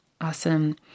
Awesome